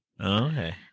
Okay